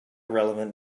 relevant